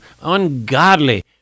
ungodly